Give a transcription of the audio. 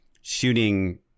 shooting